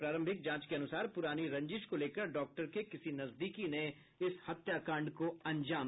प्रारंभिक जांच के अनुसार पुरानी रंजिश को लेकर डॉक्टर के किसी नजदीकी ने हत्याकांड को अंजाम दिया